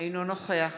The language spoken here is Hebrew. אינו נוכח